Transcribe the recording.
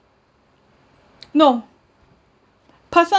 no personal